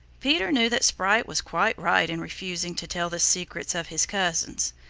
peter knew that sprite was quite right in refusing to tell the secrets of his cousins,